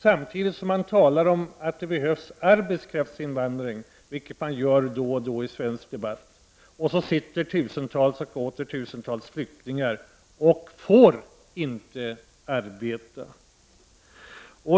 Samtidigt som man talar om att det behövs arbetskraftsinvandring, vilket man gör då och då i svensk debatt, sitter tusentals och åter tusentals flyktingar och får inte arbeta.